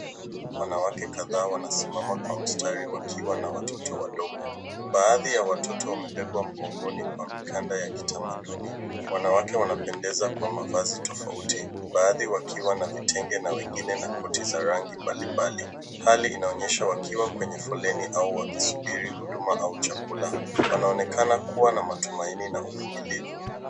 Wanawake kadhaa wanasimama kwa mstari wakiwa na watoto wadogo. Baadhi ya watoto wamebebwa mgongoni kwa mikanda ya kitamaduni. Wanawake wanapendeza kwa mavazi tofauti. Baadhi wakiwa na vitenge na wengine na koti za rangi mbalimbali. Hali inaonyesha wakiwa kwenye foleni au wakisubiri huduma au chakula. Wanaonekana kuwa na matumaini na utulivu.